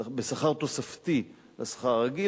בשכר תוספתי לשכר הרגיל,